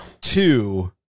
Two